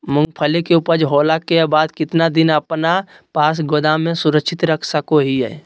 मूंगफली के ऊपज होला के बाद कितना दिन अपना पास गोदाम में सुरक्षित रख सको हीयय?